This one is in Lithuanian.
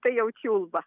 tai jau čiulba